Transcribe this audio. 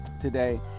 today